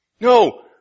No